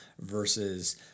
versus